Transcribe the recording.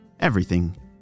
everything